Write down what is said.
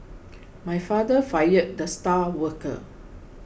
my father fired the star worker